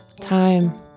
Time